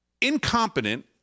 incompetent